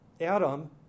Adam